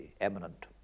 eminent